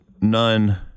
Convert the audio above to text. none